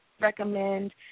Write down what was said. recommend